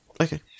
Okay